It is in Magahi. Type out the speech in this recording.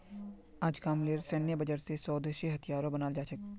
अजकामलेर सैन्य बजट स स्वदेशी हथियारो बनाल जा छेक